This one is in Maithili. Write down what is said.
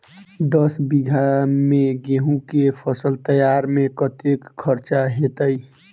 दस बीघा मे गेंहूँ केँ फसल तैयार मे कतेक खर्चा हेतइ?